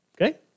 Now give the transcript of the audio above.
okay